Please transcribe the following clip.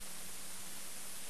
גם אני וגם כל מי שרואה אותנו ונמצא